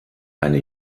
eine